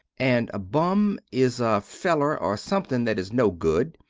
and a bum is a feler or something that is no good,